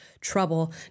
trouble